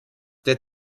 der